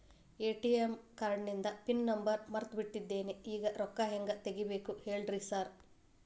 ATM ಕಾರ್ಡಿಂದು pin number ಮರ್ತ್ ಬಿಟ್ಟಿದೇನಿ ಈಗ ರೊಕ್ಕಾ ಹೆಂಗ್ ತೆಗೆಬೇಕು ಹೇಳ್ರಿ ಸಾರ್